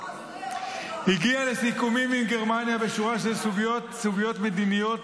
2. הגיע לסיכומים עם גרמניה בשורה של סוגיות מדיניות,